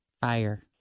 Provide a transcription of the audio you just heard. Fire